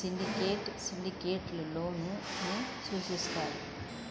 సిండికేట్గా syndicate loan ని సూచిస్తారు